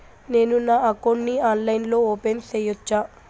నేను నా అకౌంట్ ని ఆన్లైన్ లో ఓపెన్ సేయొచ్చా?